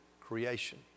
creation